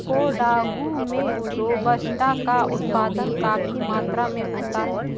कोडागू में रोबस्टा का उत्पादन काफी मात्रा में होता है